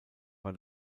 war